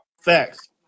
Facts